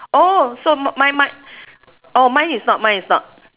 orh so my my orh mine is not mine is not